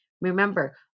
Remember